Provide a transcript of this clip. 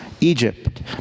Egypt